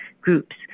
groups